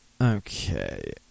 okay